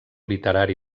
literari